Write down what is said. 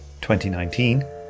2019